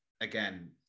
Again